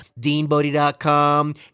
DeanBodie.com